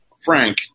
Frank